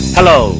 Hello